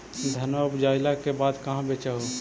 धनमा उपजाईला के बाद कहाँ बेच हू?